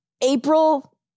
April